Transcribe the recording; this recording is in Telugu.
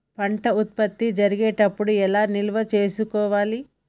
పంట ఉత్పత్తి జరిగేటప్పుడు ఎలా నిల్వ చేసుకోవాలి?